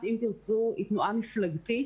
שתנועת "אם תרצו" היא תנועה מפלגתית.